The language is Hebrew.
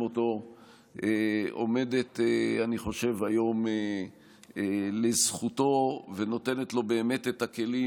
אותו עומדים היום לזכותו ונותנים לו באמת את הכלים